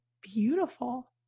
beautiful